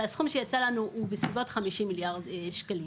והסכום שיצא לנו הוא בסביבות 50 מיליארד ₪.